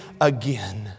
again